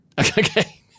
Okay